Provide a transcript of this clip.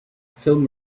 film